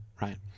right